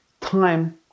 time